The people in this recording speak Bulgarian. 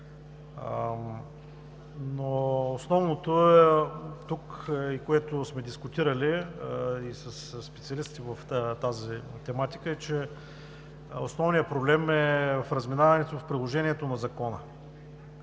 Основното тук е, и което сме дискутирали и със специалистите в тази тематика, е, че основният проблем е в разминаването, в приложението на Закона.